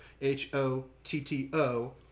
H-O-T-T-O